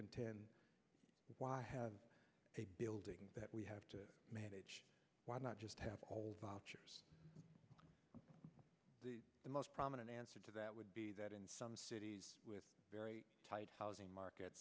contend why have a building that we have to manage why not just have a whole the most prominent answer to that would be that in some cities with very tight housing market